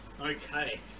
Okay